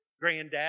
granddad